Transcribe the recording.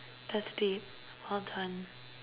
thirsty well done